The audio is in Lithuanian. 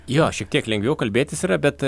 jo šiek tiek lengviau kalbėtis yra bet